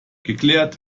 geklärt